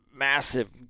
Massive